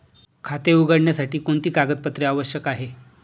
खाते उघडण्यासाठी कोणती कागदपत्रे आवश्यक आहे?